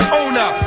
owner